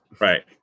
Right